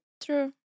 True